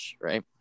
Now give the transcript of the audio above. right